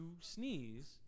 sneeze